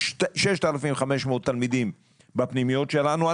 יש 6,500 תלמידים בפנימיות שלנו.